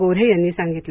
गोऱ्हे यांनी सांगितलं